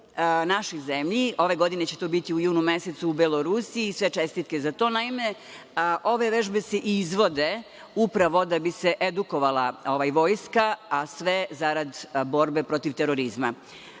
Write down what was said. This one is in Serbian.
našoj zemlji. Ove godine će to biti u junu mesecu u Belorusiji i sve čestitke za to. Naime, ove vežbe se izvode i upravo da bi se edukovala vojska, a sve zarad borbe protiv terorizma.